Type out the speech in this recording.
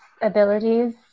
abilities